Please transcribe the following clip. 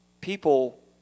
people